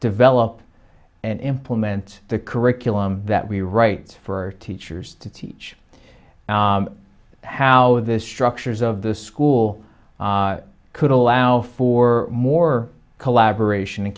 develop and implement the curriculum that we write for teachers to teach how this structures of the school could allow for more collaboration and